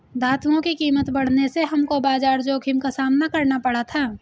धातुओं की कीमत बढ़ने से हमको बाजार जोखिम का सामना करना पड़ा था